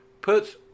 puts